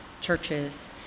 churches